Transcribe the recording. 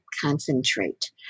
concentrate